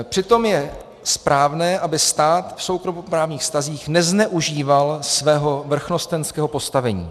Přitom je správné, aby stát v soukromoprávních vztazích nezneužíval svého vrchnostenského postavení.